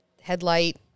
headlight